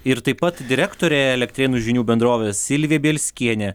ir taip pat direktorė elektrėnų žinių bendrovės silvija bielskienė